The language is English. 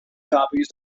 copies